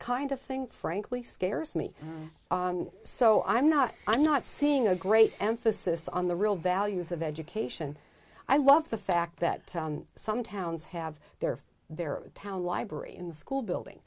kind of thing frankly scares me so i'm not i'm not seeing a great emphasis on the real values of education i love the fact that some towns have their of their town library in the school building